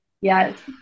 Yes